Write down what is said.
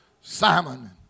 Simon